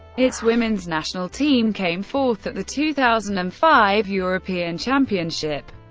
its women's national team came fourth at the two thousand and five european championship.